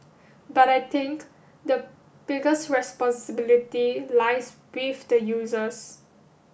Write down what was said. but I think the biggest responsibility lies with the users